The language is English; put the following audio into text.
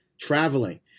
traveling